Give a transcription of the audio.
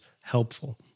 helpful